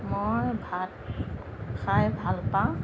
মই ভাত খাই ভাল পাওঁ